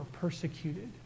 persecuted